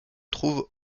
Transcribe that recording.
trouve